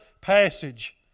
passage